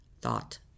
thought